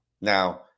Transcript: Now